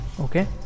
okay